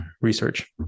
research